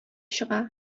чыга